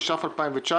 התש"ף- 2019